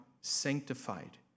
sanctified